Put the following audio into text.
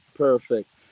Perfect